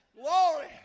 Glory